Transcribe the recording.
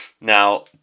Now